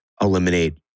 eliminate